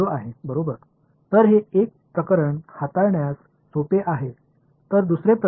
அது வரையறுக்கப்பட்டதாக இருந்தால் அதாவது இந்த பங்களிப்பு 0 தான் இருக்கும்